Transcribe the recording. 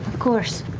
course.